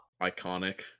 iconic